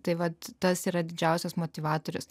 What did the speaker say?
tai vat tas yra didžiausias motyvatorius